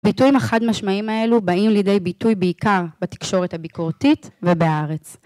ביטויים החד משמעיים האלו באים לידי ביטוי בעיקר בתקשורת הביקורתית וב"הארץ".